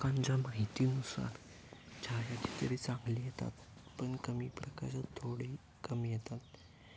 ग्राहकांच्या माहितीनुसार छायाचित्रे चांगली निघतात पण कमी प्रकाशात थोडी कमी येतात